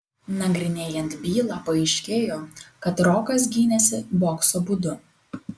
nagrinėjant bylą paaiškėjo kad rokas gynėsi bokso būdu